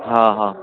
ਹਾਂ ਹਾਂ